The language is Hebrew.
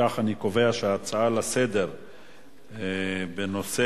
אם כך, אני קובע שההצעה לסדר-היום בנושא: